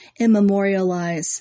immemorialize